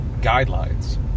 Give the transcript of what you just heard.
guidelines